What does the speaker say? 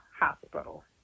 hospital